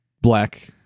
black